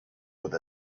with